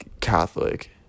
Catholic